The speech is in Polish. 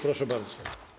Proszę bardzo.